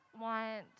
want